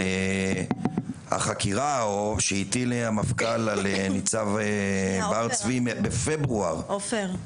החקירה שהטיל המפכ"ל על ניצב בר צבי בפברואר --- עופר,